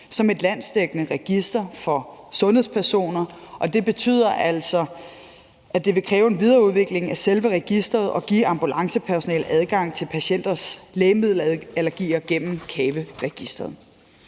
som et landsdækkende register for sundhedspersoner, og det betyder altså, at det vil kræve en videreudvikling af selve registeret at give ambulancepersonalet adgang til patienters lægemiddelallergier gennem CAVE-registeret.